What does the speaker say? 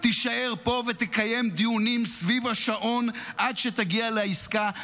תישאר פה ותקיים דיונים סביב השעון עד שתגיע לעסקה.